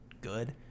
good